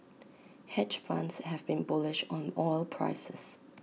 hedge funds have been bullish on oil prices